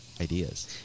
ideas